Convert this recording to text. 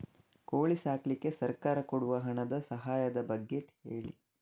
ಕೋಳಿ ಸಾಕ್ಲಿಕ್ಕೆ ಸರ್ಕಾರ ಕೊಡುವ ಹಣದ ಸಹಾಯದ ಬಗ್ಗೆ ಹೇಳಿ